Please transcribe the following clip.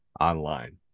online